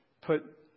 put